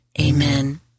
Amen